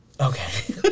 Okay